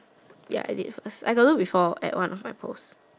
ya I did I got do before at one of my post